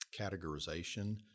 categorization